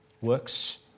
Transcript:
works